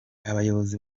abayobozi